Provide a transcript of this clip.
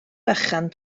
bychan